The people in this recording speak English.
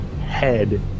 head